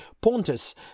pontus